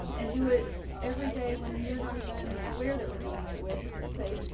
and do it every day, when you're not even aware that we're doing it with say,